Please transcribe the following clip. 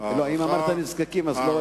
אם אמרת "נזקקים", לא הבנת.